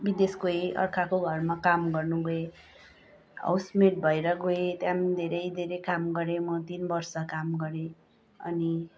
विदेश गएँ अर्काको घरमा काम गर्नु गएँ हाउस मेड भएर गएँ त्यहाँ पनि धेरै धेरै काम गरेँ म तिन वर्ष काम गरेँ अनि